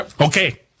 Okay